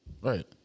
right